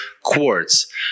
quartz